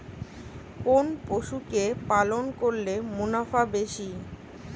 কোন পশু কে পালন করলে মুনাফা বেশি?